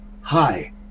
hi